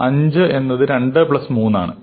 5 എന്നത് 2 പ്ലസ് 3 ആണ്